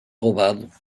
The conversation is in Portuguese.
roubado